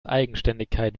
eigenständigkeit